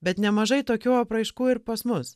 bet nemažai tokių apraiškų ir pas mus